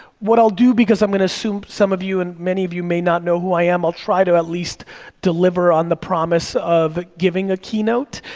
what i'll do, because i'm gonna assume some of you and many of you may not know who i am. i'll try to at least deliver on the promise of giving a keynote,